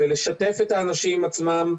ולשתף את האנשים עצמם,